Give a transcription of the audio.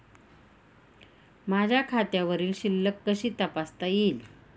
माझ्या खात्यावरील शिल्लक कशी तपासता येईल?